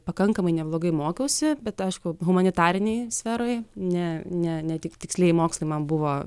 pakankamai neblogai mokiausi bet aišku humanitarinėj sferoj ne ne ne tikslieji mokslai man buvo